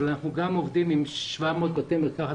אבל אנחנו גם עובדים עם 700 בתי מרקחת